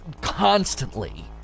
constantly